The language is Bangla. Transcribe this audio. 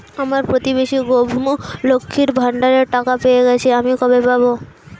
আমার প্রতিবেশী গাঙ্মু, লক্ষ্মীর ভান্ডারের টাকা পেয়ে গেছে, আমি কবে পাব?